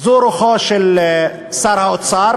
זאת הרוח של שר האוצר